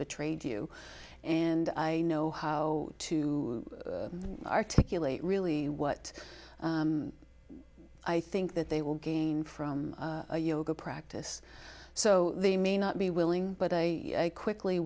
betrayed you and i know how to articulate really what i think that they will gain from a yoga practice so they may not be willing but i quickly